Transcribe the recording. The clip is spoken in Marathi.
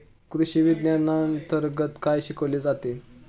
कृषीविज्ञानांतर्गत काय शिकवले जाते?